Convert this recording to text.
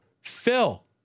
Phil